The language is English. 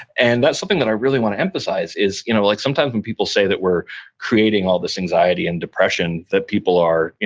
and that's something that i really want to emphasize, is you know like sometimes when people say that we're creating all this anxiety and depression, that people are,